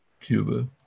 Cuba